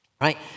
right